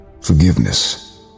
Forgiveness